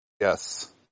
Yes